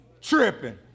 tripping